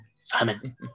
Simon